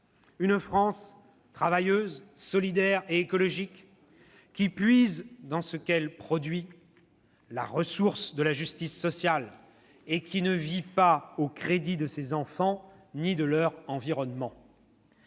une France travailleuse, solidaire et écologique, qui puise dans ce qu'elle produit la ressource de la justice sociale et qui ne vit pas au crédit de ses enfants, ni de leur environnement.